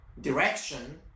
direction